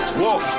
walk